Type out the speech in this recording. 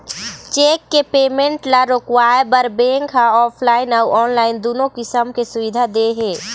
cheque के payment ल रोकवाए बर बेंक ह ऑफलाइन अउ ऑनलाईन दुनो किसम के सुबिधा दे हे